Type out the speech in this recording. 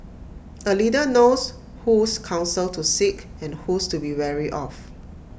A leader knows whose counsel to seek and whose to be wary of